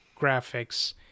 graphics